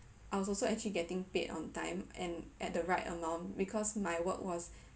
I was also actually getting paid on time and at the right amount because my work was